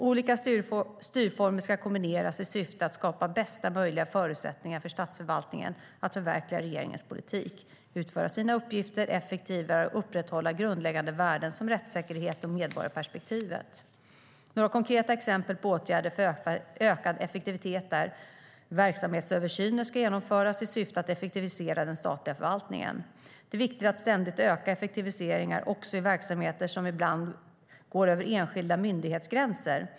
Olika styrformer ska kombineras i syfte att skapa bästa möjliga förutsättningar för statsförvaltningen att förverkliga regeringens politik, utföra sina uppgifter effektivare och upprätthålla grundläggande värden som rättssäkerhet och medborgarperspektivet. Verksamhetsöversyner ska genomföras i syfte att effektivisera den statliga förvaltningen. Det är viktigt att ständigt öka effektiviseringar också i verksamheter som ibland går över enskilda myndighetsgränser.